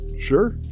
Sure